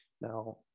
Now